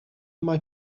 mae